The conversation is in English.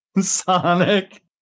Sonic